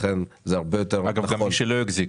לכן זה הרבה יותר --- אגב, גם מי שלא החזיק.